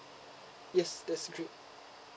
yes that's great